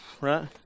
right